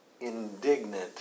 indignant